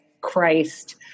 Christ